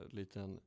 liten